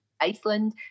Iceland